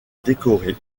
décoré